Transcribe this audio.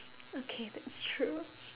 okay that's true